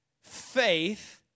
faith